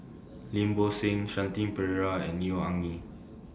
Lim Bo Seng Shanti Pereira and Neo Anngee